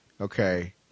okay